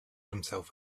himself